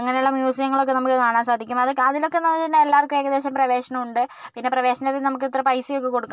അങ്ങനെയുള്ള മ്യൂസിയങ്ങളൊക്കെ നമുക്ക് കാണാൻ സാധിക്കും അത് അതിലൊക്കേന്ന് വച്ചിട്ടുണ്ടെങ്കിൽ എല്ലാവർക്കും ഏകദേശം പ്രവേശനമുണ്ട് പിന്നെ പ്രവേശനത്തിന് നമുക്കിത്ര പൈസയൊക്കെ കൊടുക്കണം